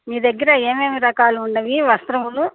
మీ దగ్గర ఏమేమి రకాలు ఉన్నాయి వస్త్రములు